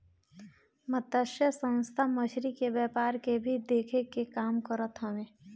मतस्य संस्था मछरी के व्यापार के भी देखे के काम करत हवे